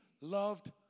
loved